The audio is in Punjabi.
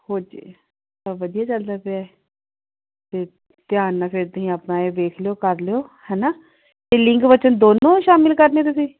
ਹੋਜੇ ਬਸ ਵਧੀਆ ਚੱਲਦਾ ਪਿਆ ਅਤੇ ਧਿਆਨ ਨਾਲ ਫਿਰ ਤੁਸੀਂ ਆਪਣਾ ਇਹ ਵੇਖ ਲਿਓ ਕਰ ਲਿਓ ਹੈਨਾ ਇਹ ਲਿੰਗ ਵਚਨ ਦੋਨੋਂ ਸ਼ਾਮਿਲ ਕਰਨੇ ਤੁਸੀਂ